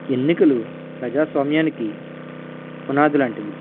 ఎన్నికలు ప్రజాస్వామ్యానికి పునాది లాంటిది